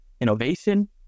innovation